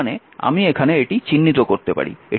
তার মানে আমি এখানে এটি চিহ্নিত করতে পারি